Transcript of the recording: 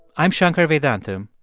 i'm shankar vedantam,